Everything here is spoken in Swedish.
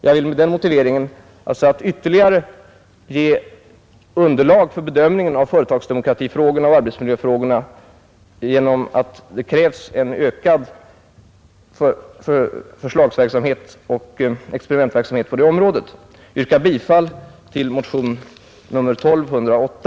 Jag vill med den motiveringen, alltså att ge ytterligare underlag för bedömningen av företagsdemokratifrågorna och arbetsmiljöfrågorna genom en ökad försöksverksamhet och experimentverksamhet på detta område, yrka bifall till motion 1208.